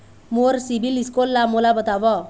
मोर CIBIL score ला मोला बताव?